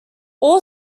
all